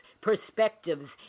perspectives